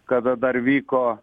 kada dar vyko